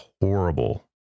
horrible